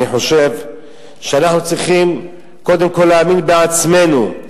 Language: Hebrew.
אני חושב שאנחנו צריכים קודם כול להאמין בעצמנו,